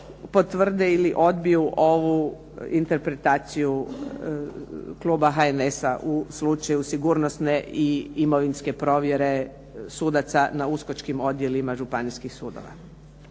potvrde ili odbiju ovu interpretaciju kluba HNS-a u slučaju sigurnosne i imovinske provjere sudaca na uskočkim odjelima županijskih sudova.